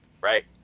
right